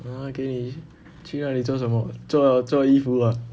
ya 给你去那里做什么做做衣服啊